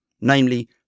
namely